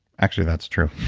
actually, that's true,